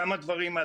כמה דברים,